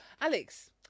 Alex